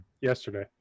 yesterday